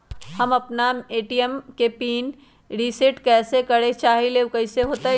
हम अपना ए.टी.एम के पिन रिसेट करे के चाहईले उ कईसे होतई?